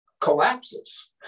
collapses